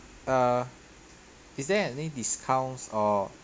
uh is there any discounts or